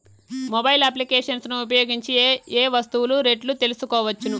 Mobile applications ను ఉపయోగించి ఏ ఏ వస్తువులు రేట్లు తెలుసుకోవచ్చును?